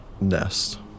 nest